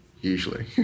usually